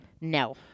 No